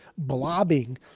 blobbing